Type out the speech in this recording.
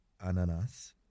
ananas